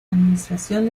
administración